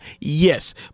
Yes